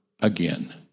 again